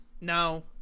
no